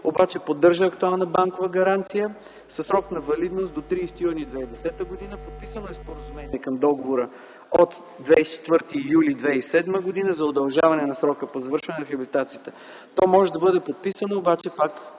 обаче поддържа актуална банкова гаранция със срок на валидност до 30 юни 2010 г. Подписано е споразумение към договора от 24 юли 2007 г. за удължаване на срока до завършване на рехабилитацията. То може да бъде подписано обаче пак